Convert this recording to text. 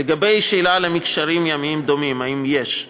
לגבי השאלה על מִקְשרים ימיים דומים, האם יש?